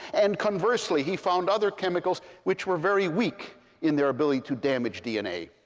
and conversely, he found other chemicals which were very weak in their ability to damage dna.